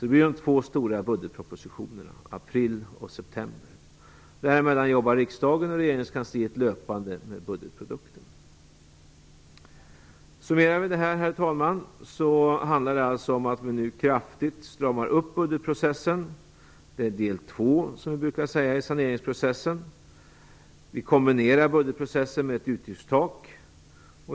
Det blir två stora budgetpropositioner, en i april och en i september. Däremellan jobbar riksdagen och regeringskansliet löpande med budgetprodukten. Herr talman! Det handlar alltså om att vi nu kraftigt stramar upp budgetprocessen. Det är del 2, som man brukar säga, i saneringsprocessen. Vi kombinerar budgetprocessen med ett utgiftstak.